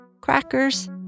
crackers